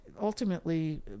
ultimately